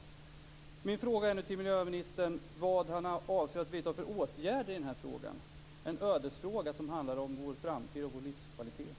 Min fråga till miljöministern är vad han avser att vidta för åtgärder i denna fråga, en ödesfråga som handlar om vår framtid och vår livskvalitet.